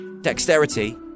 dexterity